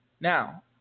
Now